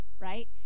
right